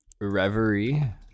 Reverie